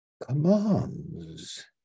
commands